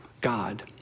God